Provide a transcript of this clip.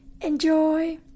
Enjoy